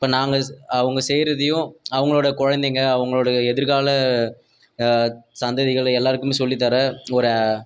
இப்போ நாங்கள் அவங்க செய்கிறதையும் அவங்களோட குழந்தைங்க அவங்களோட எதிர்கால சந்ததிகள் அது எல்லோருக்குமே சொல்லித்தர ஒரு